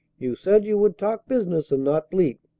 you said you would talk business, and not bleat.